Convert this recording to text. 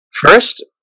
first